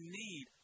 need